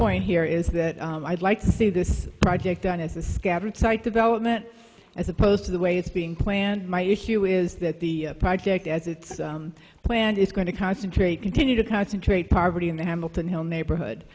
point here is that i'd like to see this project done as a scabbard site development as opposed to the way it's being planned my issue is that the project as it's planned is going to concentrate continue to concentrate poverty in the hamilton hill neighborhood